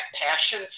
passion